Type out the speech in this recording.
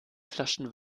flaschen